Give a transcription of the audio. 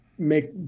make